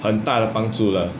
很大的帮助了